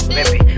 Baby